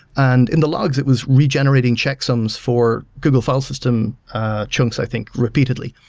and in the logs it was regenerating checksums for google file system chunks, i think, repeatedly.